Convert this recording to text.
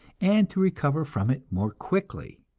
and to recover from it more quickly.